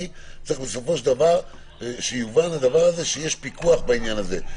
אני רוצה שיובן שיש פיקוח בעניין הזה.